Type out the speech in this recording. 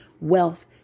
wealth